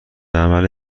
عمل